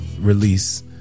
release